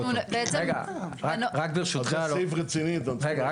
אנחנו בעצם --- זה סעיף רציני --- רגע,